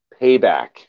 Payback